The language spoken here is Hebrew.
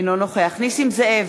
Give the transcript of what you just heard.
אינו נוכח נסים זאב,